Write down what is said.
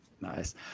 Nice